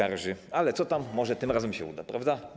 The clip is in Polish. Ale co tam, może tym razem się uda, prawda?